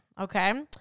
okay